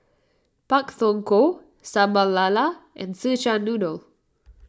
Pak Thong Ko Sambal Lala and Szechuan Noodle